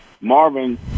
Marvin